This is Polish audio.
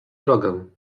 drogę